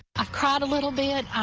i've cried a little pit.